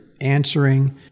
answering